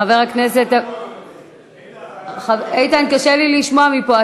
איתן, קשה לי לשמוע מפה.